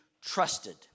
trusted